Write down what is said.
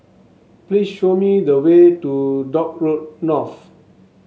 please show me the way to Dock Road North